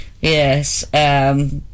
Yes